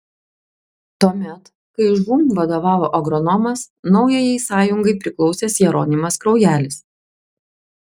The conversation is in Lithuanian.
tuomet kai žūm vadovavo agronomas naujajai sąjungai priklausęs jeronimas kraujelis